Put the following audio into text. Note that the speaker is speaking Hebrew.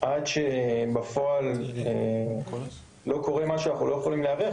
עד שבפועל לא קורה משהו אנחנו לא יכולים להיערך.